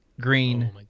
green